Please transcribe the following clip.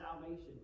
salvation